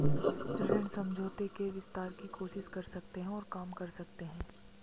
ऋण समझौते के विस्तार की कोशिश कर सकते हैं और काम कर सकते हैं